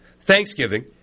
Thanksgiving